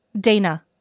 Dana